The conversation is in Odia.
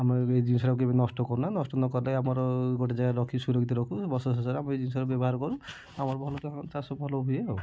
ଆମେ ଏ ଜିନିଷକୁ କେବେ ନଷ୍ଟ କରୁନା ନଷ୍ଟ ନକଲେ ଆମର ଗୋଟେ ଜାଗାରେ ରଖି ସୁରକ୍ଷିତ ରଖୁ ବର୍ଷ ଶେଷରେ ଆମେ ଏଇ ଜିନିଷର ବ୍ୟବହାର କରୁ ଆମର ଭଲ ଚାଷ ଭଲ ହୁଏ ଆଉ